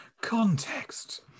Context